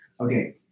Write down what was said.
Okay